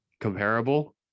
comparable